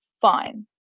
fine